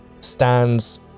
Stands